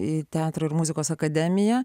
į teatrą ir muzikos akademiją